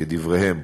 כדבריהם: